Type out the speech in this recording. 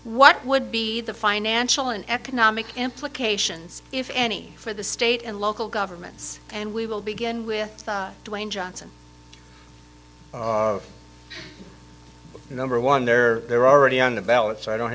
what would be the financial and economic implications if any for the state and local governments and we will begin with dwayne johnson of number one they're they're already on the ballot so i don't